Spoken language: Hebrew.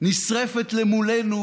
נשרפת מולנו